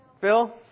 Phil